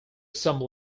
some